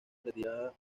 retirada